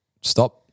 stop